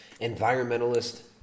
environmentalist